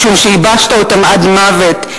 משום שייבשת אותם עד מוות,